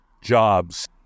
jobs